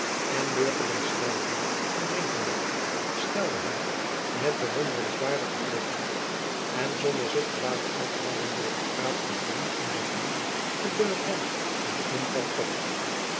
en beurtelings schrijvende en drinkende stelde hy met bewonderingswaardige vlugheid en zonder zich te laten afleiden door het gepraat en gewoel om zich heen het bulletin van den inval op